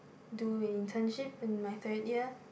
do internship in my third year